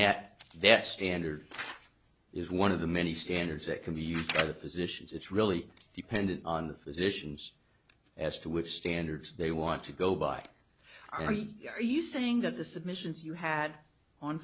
that that standard is one of the many standards that can be used by the physicians it's really dependent on the physicians as to which standards they want to go by i mean are you saying that the submissions you had on